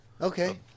Okay